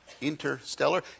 interstellar